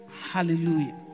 hallelujah